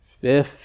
fifth